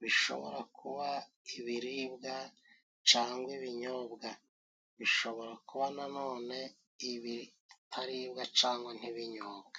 bishobora kuba: ibiribwa cangwa ibinyobwa. Bishobora kuba nanone ibitaribwa cangwa ntibinyobwe.